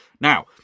Now